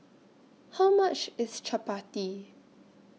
How much IS Chappati